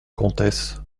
comtesse